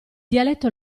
dialetto